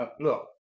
Look